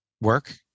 work